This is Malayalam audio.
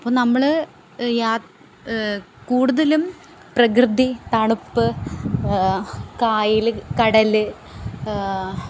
അപ്പോൾ നമ്മൾ യാത്ര കൂടുതലും പ്രകൃതി തണുപ്പ് കായൽ കടൽ